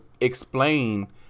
explain